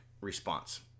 response